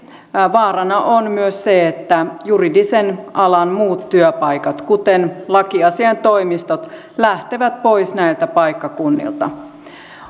vaarana on myös se että juridisen alan muut työpaikat kuten lakiasiaintoimistot lähtevät pois näiltä paikkakunnilta